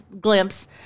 glimpse